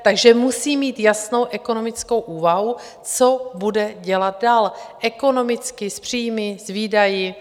Takže musí mít jasnou ekonomickou úvahu, co bude dělat dál ekonomicky s příjmy, výdaji.